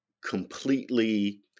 completely